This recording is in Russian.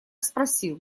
спросил